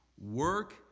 work